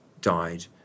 died